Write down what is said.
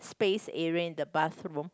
space area in the bathroom